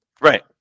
Right